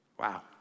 Wow